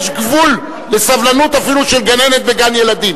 פעם שנייה.